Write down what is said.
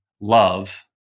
love